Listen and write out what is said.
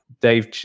Dave